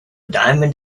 diamond